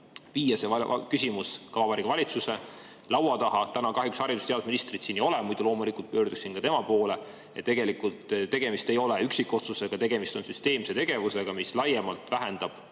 selle küsimuse Vabariigi Valitsuse lauale. Täna kahjuks haridus- ja teadusministrit siin ei ole, muidu loomulikult pöörduksin ka tema poole. Tegemist ei ole üksikotsusega, tegemist on süsteemse tegevusega, mis laiemalt vähendab